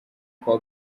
kuwa